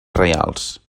reials